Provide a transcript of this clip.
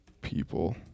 people